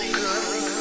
good